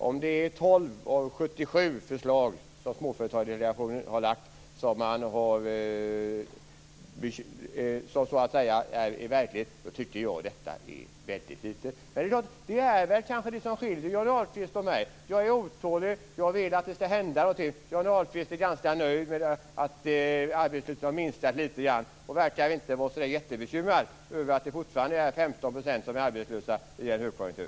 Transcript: Om det är 12 av 77 förslag som Småföretagsdelegationen har lagt som har blivit verklighet tycker jag att det är väldigt lite. Det är kanske det som skiljer Johnny Ahlqvist och mig. Jag är otålig. Jag vill att det ska hända någonting. Johnny Ahlqvist är ganska nöjd med att arbetslösheten har minskat lite grann och verkar inte vara så jättebekymrad över att det fortfarande är 15 % som är arbetslösa i en högkonjunktur.